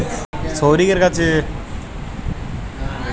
আগের লোন না মিটিয়ে আবার যে লোন লোক লইতেছে